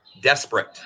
desperate